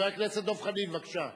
חבר הכנסת דב חנין, בבקשה.